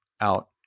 out